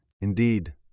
Indeed